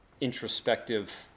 introspective